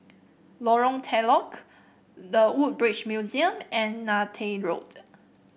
Lorong Telok The Woodbridge Museum and Neythai Road